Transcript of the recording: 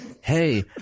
hey